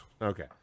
Okay